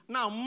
Now